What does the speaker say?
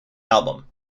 album